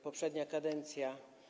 Poprzednia kadencja.